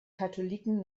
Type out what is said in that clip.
katholiken